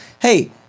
hey